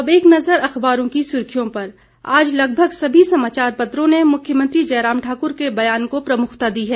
अब एक नजर अखबारों की सुर्खियों पर आज लगभग सभी समाचार पत्रों ने मुख्यमंत्री जयराम ठाकुर के बयान को प्रमुखता दी है